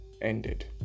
ended